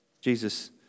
Jesus